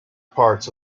parts